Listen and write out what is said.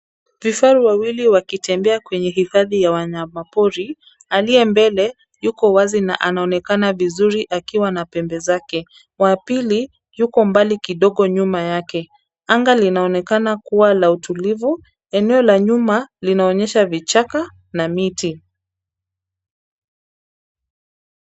Vifaru wawili wakitembea kwenye hifadhi ya wanyamapori. Aliye mbele yuko wazi na anaonekana vizuri akiwa na pembe zake. Wa pili yuko mbali kidogo nyuma yake. Anga linaonekana kuwa la utulivu. Eneo la nyuma linaonyesha vichaka na miti.